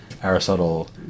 Aristotle